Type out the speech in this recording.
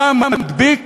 אתה מדביק